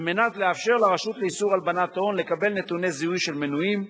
על מנת לאפשר לרשות לאיסור הלבנת הון לקבל נתוני זיהוי של מנויים,